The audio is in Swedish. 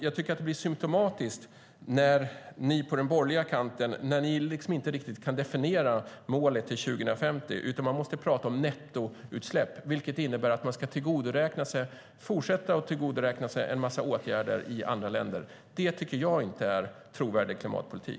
Jag tycker att det blir symtomatiskt när ni på den borgerliga kanten liksom inte riktigt kan definiera målet till 2050 utan måste prata om nettoutsläpp, vilket innebär att man ska fortsätta att tillgodoräkna sig en mängd åtgärder i andra länder. Det tycker jag inte är trovärdig klimatpolitik.